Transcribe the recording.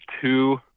two